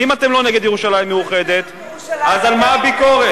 ואם אתם לא נגד ירושלים מאוחדת, אז על מה הביקורת?